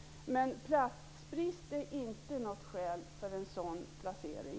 Platsbrist är inte något skäl för en sådan placering.